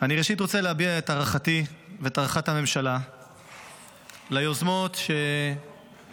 אני ראשית רוצה להביע את הערכתי והערכת הממשלה ליוזמות שהצגתם,